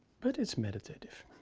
but it's meditative.